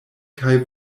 kaj